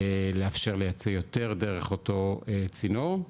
לאפשר לייצא יותר דרך אותו צינור,